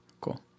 Cool